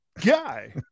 Guy